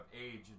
age